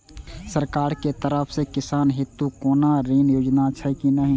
सरकार के तरफ से किसान हेतू कोना ऋण योजना छै कि नहिं?